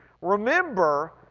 Remember